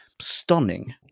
stunning